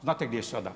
Znate gdje je sada?